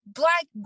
black